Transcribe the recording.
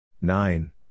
Nine